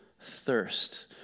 thirst